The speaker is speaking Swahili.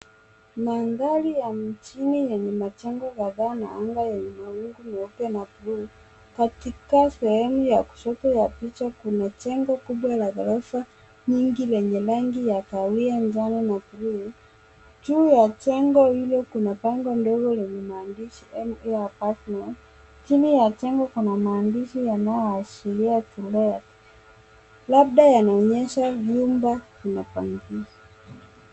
Mandhari ya mjini yenye majengo kadhaa na anga yenye mawingu meupe na buluu. Katika sehemu ya kushoto ya picha kuna jengo kubwa ya ghorofa nyingi yeneye rangi ya kahawia, manjano na buluu. Juu ya jengo hilo kuna bango ndogo lenye maandishi M4 Apartments chini ya jengo kuna maandishi yanyoashiria To let labda yanaonyesha nyumba inakodishwa.